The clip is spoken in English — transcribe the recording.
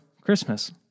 Christmas